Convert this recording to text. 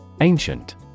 Ancient